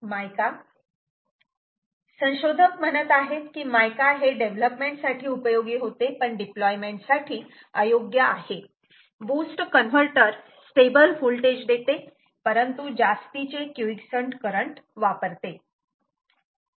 मायका संशोधक म्हणत आहेत की मायका हे डेव्हलपमेंट साठी उपयोगी होते पण डिप्लोयमेंट साठी अयोग्य आहे बूस्ट कन्व्हर्टर स्टेबल व्होल्टेज देते परंतु जास्तीचे क्युइसंट करंट वापरते